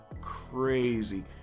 crazy